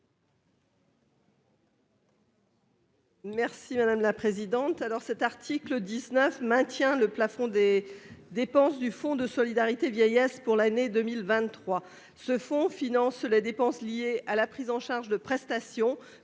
Merci madame la présidente.